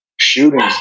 shooting's